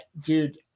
dude